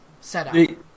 Setup